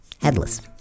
headless